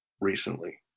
recently